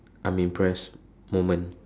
I'm impressed moment